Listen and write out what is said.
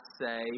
say